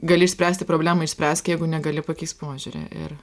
gali išspręsti problemą išspręsk jeigu negali pakeisk požiūrį ir